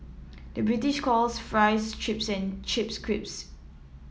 the British calls fries chips and chips crisps